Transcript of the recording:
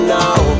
now